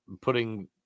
putting –